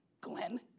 Glenn